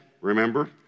remember